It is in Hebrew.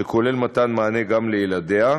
שכולל מתן מענה גם לילדיה,